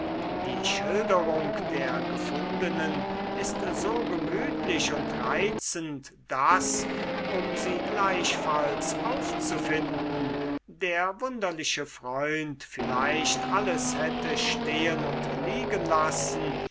die schilderung der gefundenen ist so gemütlich und reizend daß um sie gleichfalls aufzufinden der wunderliche freund vielleicht alles hätte stehen und liegen lassen